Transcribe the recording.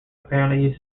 apparently